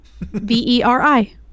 v-e-r-i